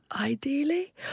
ideally